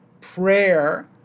prayer